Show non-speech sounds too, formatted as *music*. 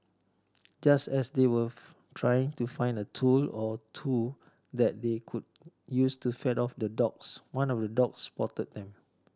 just as they were *unintelligible* trying to find a tool or two that they could use to fend off the dogs one of the dogs spotted them